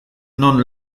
non